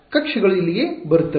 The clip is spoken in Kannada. ಕಕ್ಷೆಗಳು ಇಲ್ಲಿಗೆ ಬರುತ್ತವೆ